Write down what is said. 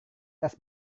tas